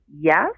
yes